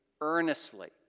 earnestly